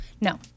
No